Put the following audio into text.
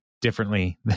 differently